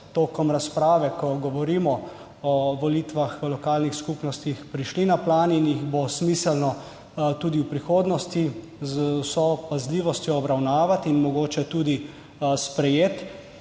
so med razpravo, ko govorimo o volitvah v lokalnih skupnostih, prišli na plano in jih bo smiselno tudi v prihodnosti z vso pazljivostjo obravnavati in mogoče tudi sprejeti,